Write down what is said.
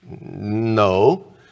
No